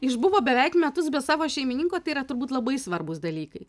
išbuvo beveik metus be savo šeimininko tai yra turbūt labai svarbūs dalykai